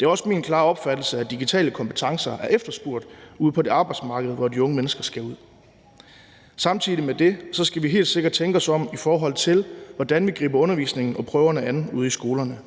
Det er også min klare opfattelse, at digitale kompetencer er efterspurgt ude på det arbejdsmarked, de unge mennesker skal ud på. Samtidig med det skal vi helt sikkert tænke os om, i forhold til hvordan vi griber undervisningen og prøverne an ude i skolerne.